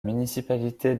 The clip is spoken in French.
municipalité